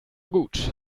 gut